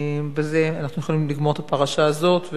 ובזה אנחנו יכולים לגמור את הפרשה הזאת.